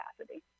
capacity